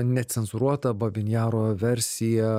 necenzūruota babyn jaro versija